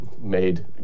made